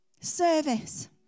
Service